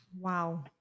Wow